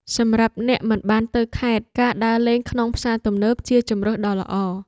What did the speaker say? សម្រាប់អ្នកមិនបានទៅខេត្ត ការដើរលេងក្នុងផ្សារទំនើបជាជម្រើសដ៏ល្អ។